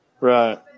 Right